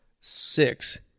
six